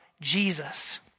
Jesus